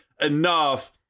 enough